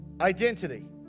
identity